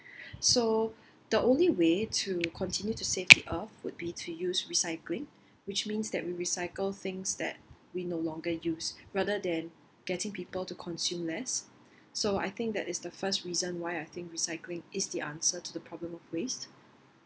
so the only way to continue to save the earth would be to use recycling which means that we recycle things that we no longer use rather than getting people to consume less so I think that is the first reason why I think recycling is the answer to the problem of waste